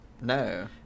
No